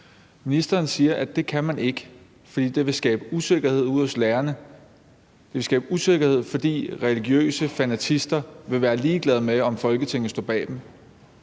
Ministeren siger, at det kan man ikke, fordi det vil skabe usikkerhed ude hos lærerne. Det vil skabe usikkerhed, fordi religiøse fanatister vil være ligeglade med, om Folketinget står bag dem.